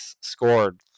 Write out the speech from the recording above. scored